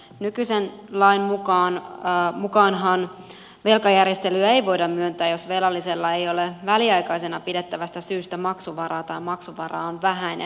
nykyisen lain mukaanhan velkajärjestelyä ei voida myöntää jos velallisella ei ole väliaikaisena pidettävästä syystä maksuvaraa tai maksuvara on vähäinen